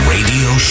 Radio